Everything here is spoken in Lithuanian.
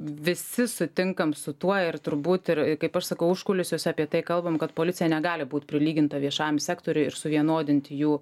visi sutinkam su tuo ir turbūt ir kaip aš sakau užkulisiuose apie tai kalbam kad policija negali būt prilyginta viešajam sektoriui ir suvienodint jų